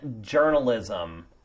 journalism